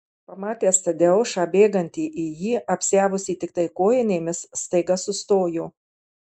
pamatęs tadeušą bėgantį į jį apsiavusį tiktai kojinėmis staiga sustojo